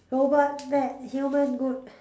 robot human good